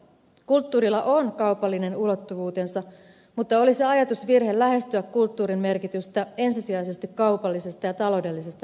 kulttuurilla on kaupallinen ulottuvuutensa mutta olisi ajatusvirhe lähestyä kulttuurin merkitystä ensisijaisesti kaupallisesta ja taloudellisesta näkökulmasta käsin